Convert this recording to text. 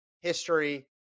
history